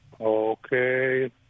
Okay